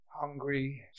hungry